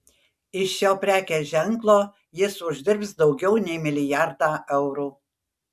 iš šio prekės ženklo jis uždirbs daugiau nei milijardą eurų